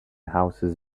houses